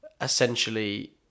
essentially